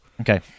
Okay